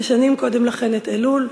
ושנים קודם לכן את "אלול",